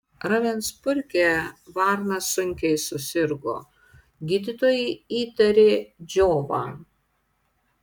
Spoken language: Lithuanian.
ravensburge varnas sunkiai susirgo gydytojai įtarė džiovą